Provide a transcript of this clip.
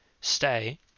stay